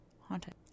haunted